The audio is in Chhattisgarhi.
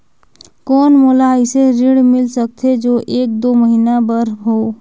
कौन मोला अइसे ऋण मिल सकथे जो एक दो महीना बर हो?